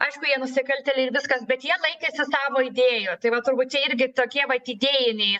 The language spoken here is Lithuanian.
aišku jie nusikaltėliai ir viskas bet jie laikėsi savo idėjų tai va turbūt čia irgi tokie vat idėjiniai